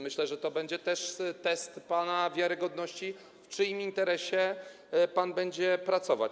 Myślę, że to będzie też test pana wiarygodności, w czyim interesie pan będzie pracować.